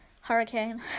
hurricane